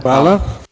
Hvala.